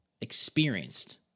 experienced